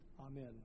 Amen